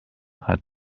hat